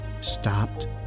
stopped